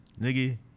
nigga